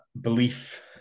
belief